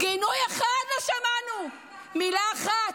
גינוי אחד לא שמענו, מילה אחת.